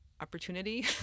opportunity